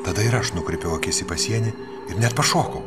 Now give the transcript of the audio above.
tada ir aš nukreipiau akis į pasienį ir net pašokau